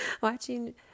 watching